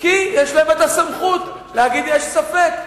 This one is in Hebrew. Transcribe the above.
כי יש להם סמכות להגיד שיש ספק.